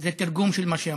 זה תרגום של מה שאמרתי.